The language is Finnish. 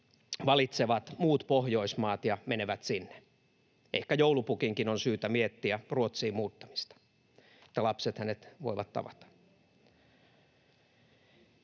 valitsevat muut pohjoismaat ja menevät sinne. Ehkä joulupukinkin on syytä miettiä Ruotsiin muuttamista, että lapset hänet voivat tavata.